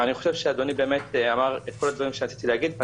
אני חושב שאדוני באמת אמר את כל הדברים שרציתי להגיד.